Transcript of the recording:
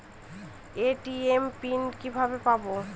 ATM pin কিভাবে পাবো?